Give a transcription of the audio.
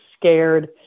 scared